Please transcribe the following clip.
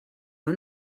one